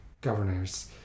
governors